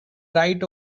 right